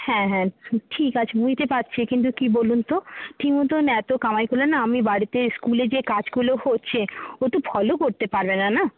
হ্যাঁ হ্যাঁ ঠিক আছে বুঝতে পারছি কিন্তু কি বলুন তো ঠিক মতন এত কামাই করলে না আমি বাড়িতে স্কুলে যে কাজগুলো হচ্ছে ও তো ফলো করতে পারবে না না